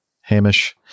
Hamish